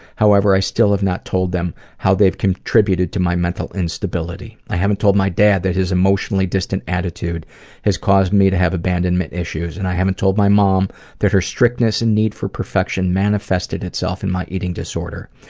however, i still have not told them how they've contributed to be mental instability. i haven't told my dad that his emotionally distant attitude has caused me to have abandonment issues, and i haven't told my mom that her strictness and need for perfection manifested itself in my eating disorder.